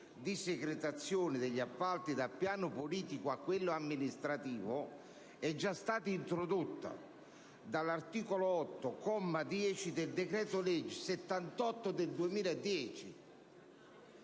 di secretazione degli appalti dal piano politico a quello amministrativo è già stata introdotta dall'articolo 8, comma 10, del decreto-legge n. 78 del 2010.